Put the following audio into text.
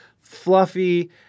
fluffy